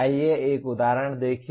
आइए एक उदाहरण देखें